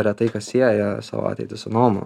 retai kas sieja savo ateitį su noma